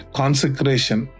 consecration